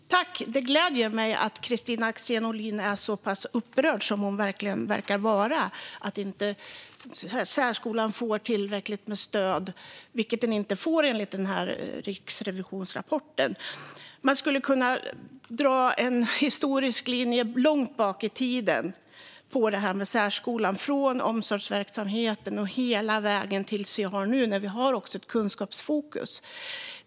Fru talman! Det gläder mig att Kristina Axén Olin är så pass upprörd som hon verkar vara över att särskolan inte får tillräckligt stöd, vilket den inte får enligt riksrevisionsrapporten. Vi kan dra en historisk linje långt bak i tiden i fråga om särskolan, från omsorgsverksamheten och hela vägen till nu med ett kunskapsfokus.